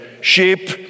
sheep